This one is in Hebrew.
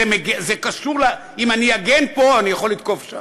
זה קשור ל, אם אגן פה אני יכול לתקוף שם?